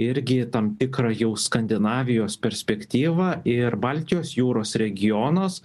irgi tam tikrą jau skandinavijos perspektyvą ir baltijos jūros regionas